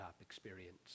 experience